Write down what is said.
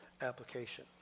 application